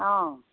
অঁ